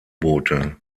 boote